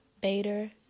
Bader